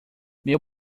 meu